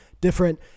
different